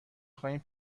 خواهیم